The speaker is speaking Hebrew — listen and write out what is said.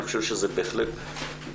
אני חושב שזה בהחלט דרמטי,